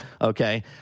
okay